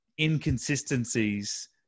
inconsistencies